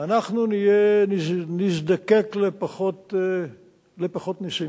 אנחנו נזדקק לפחות נסים,